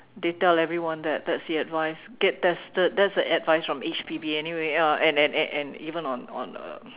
they tell everyone that that that's the advice get tested that is the advice from H_P_B anyway and and and even on on uh